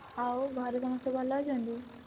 ଆଉ ଘରେ ସମସ୍ତେ ଭଲ ଅଛନ୍ତି